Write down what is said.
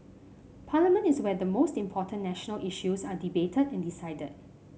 parliament is where the most important national issues are debated and decided